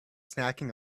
snacking